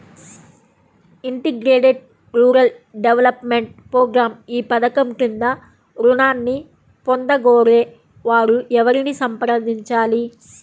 Integrated rural development programme ఈ పధకం క్రింద ఋణాన్ని పొందగోరే వారు ఎవరిని సంప్రదించాలి?